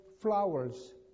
flowers